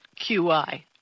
QI